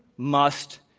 must,